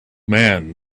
man